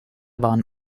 waren